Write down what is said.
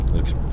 Looks